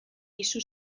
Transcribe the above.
dizu